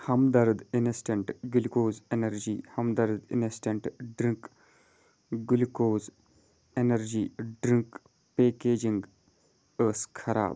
ہمدرد instant glucose energy Hamdard instant drink glucose energy drink packaging ٲس خراب